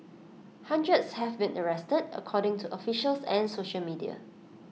hundreds have been arrested according to officials and social media